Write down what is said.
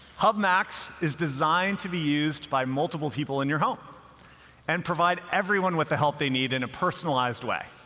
hub max is designed to be used by multiple people in your home and provide everyone with the help they need in a personalized way.